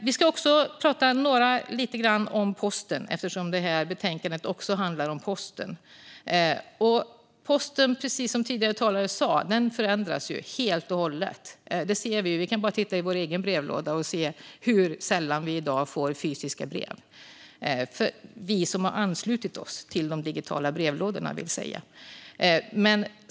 Vi ska också prata lite grann om posten, eftersom betänkandet även handlar om posten. Precis som tidigare talare sa har posten förändrats helt och hållet. Vi kan titta i våra egna brevlådor och se hur sällan vi som har anslutit oss till de digitala brevlådorna i dag får fysiska brev.